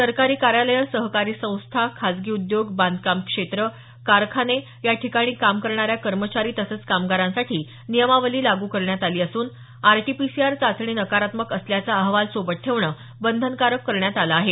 सरकारी कार्यालयं सहकारी संस्था खाजगी उद्योग बांधकाम क्षेत्र कारखाने याठिकाणी काम करणाऱ्या कर्मचारी तसंच कामगारांसाठी नियमावली लागू करण्यात आली असून आरटीपीसीआर चाचणी नकारात्मक असल्याचा अहवाल सोबत ठेवणं बंधनकारक करण्यात आलं आहे